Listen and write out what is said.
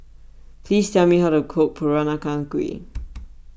please tell me how to cook Peranakan Kueh